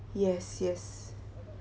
yes yes